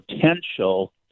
potential